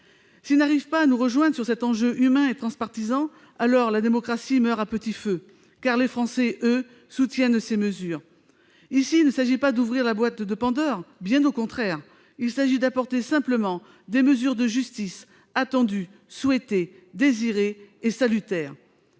S'ils n'arrivent pas à nous rejoindre sur cet enjeu humain et transpartisan, alors la démocratie meurt à petit feu, car les Français, eux, soutiennent ces mesures. Ici, il ne s'agit pas d'ouvrir la boîte de Pandore, bien au contraire. Il s'agit d'apporter simplement des mesures de justice, attendues, souhaitées, désirées et salutaires.